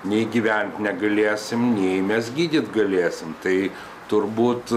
nei gyvent negalėsim nei mes gydyt galėsim tai turbūt